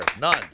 None